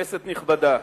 כנסת נכבדה,